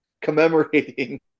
commemorating